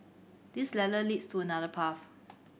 this ladder leads to another path